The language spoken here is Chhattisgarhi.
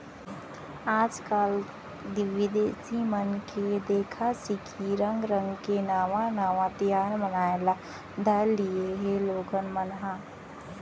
आजकाल बिदेसी मन के देखा सिखी रंग रंग के नावा नावा तिहार मनाए ल धर लिये हें लोगन मन ह